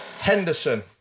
Henderson